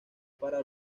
para